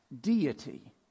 deity